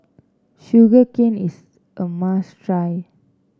Sugar Cane is a must try